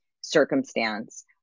circumstance